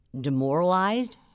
demoralized